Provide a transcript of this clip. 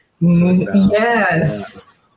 Yes